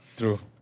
True